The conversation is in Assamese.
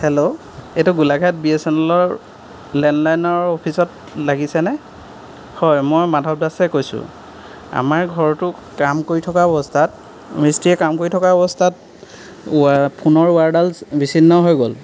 হেল্ল' এইটো গোলাঘাট বি এছ এন এলৰ লেণ্ডলাইনৰ অফিচত লাগিছেনে হয় মই মাধৱ দাসে কৈছোঁ আমাৰ ঘৰটোৰ কাম কৰি থকা অৱস্থাত মিস্ত্ৰীয়ে কাম কৰি থকা অৱস্থাত ৱাৰ ফোনৰ ৱাৰডাল বিছিন্ন হৈ গ'ল